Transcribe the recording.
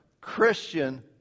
Christian